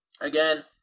Again